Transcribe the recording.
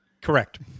Correct